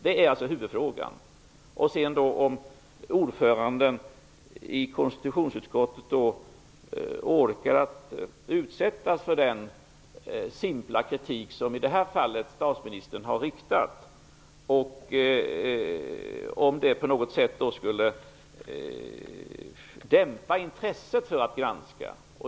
Det är alltså huvudfrågan, och därtill kommer då om ordföranden i konstitutionsutskottet orkar att utsättas för den simpla kritik som i det här fallet statsministern har riktat och om det på något sätt skulle dämpa intresset för att granska.